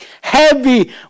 heavy